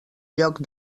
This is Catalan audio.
lloc